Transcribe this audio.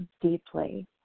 deeply